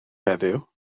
heddiw